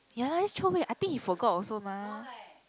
ya lah just throw away I think he forgot also mah